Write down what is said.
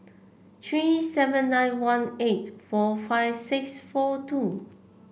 three seven nine one eight four five six four two